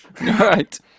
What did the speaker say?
Right